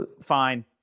Fine